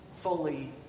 fully